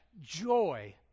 joy